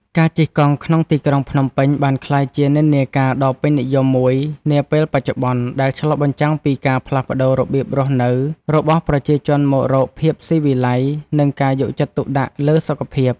ការជិះកង់ក្នុងទីក្រុងភ្នំពេញ បានក្លាយជានិន្នាការដ៏ពេញនិយមមួយនាពេលបច្ចុប្បន្ន ដែលឆ្លុះបញ្ចាំងពីការផ្លាស់ប្តូររបៀបរស់នៅរបស់ប្រជាជនមករកភាពស៊ីវិល័យ និងការយកចិត្តទុកដាក់លើសុខភាព។